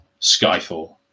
Skyfall